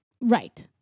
Right